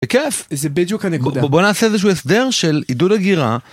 בכיף. זה בדיוק הנקודה. בוא נעשה איזשהו הסדר של עידוד הגירה.